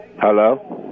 Hello